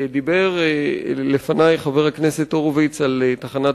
דיבר לפני חבר הכנסת הורוביץ על תחנת